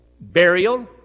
burial